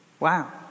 Wow